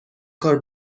کار